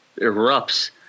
erupts